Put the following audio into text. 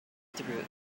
through